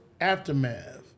aftermath